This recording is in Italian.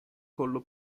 collo